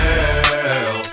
Girl